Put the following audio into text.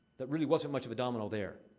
that really wasn't much of a domino there.